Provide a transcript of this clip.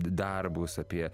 darbus apie